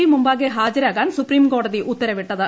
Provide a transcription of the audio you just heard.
I മുമ്പാകെ ഹാജരാകാൻ സുപ്രീംകോടതി ഉത്തരവിട്ടത്